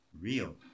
real